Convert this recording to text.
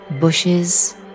Bushes